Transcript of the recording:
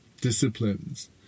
disciplines